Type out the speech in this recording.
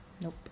Nope